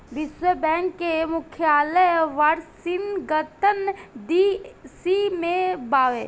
विश्व बैंक के मुख्यालय वॉशिंगटन डी.सी में बावे